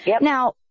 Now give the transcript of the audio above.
Now